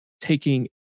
taking